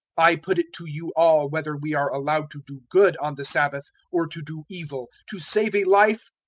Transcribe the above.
i put it to you all whether we are allowed to do good on the sabbath, or to do evil to save a life,